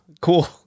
cool